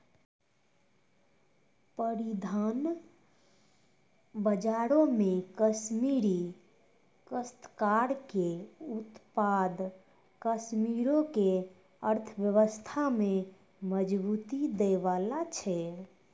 परिधान बजारो मे कश्मीरी काश्तकार के उत्पाद कश्मीरो के अर्थव्यवस्था में मजबूती दै बाला छै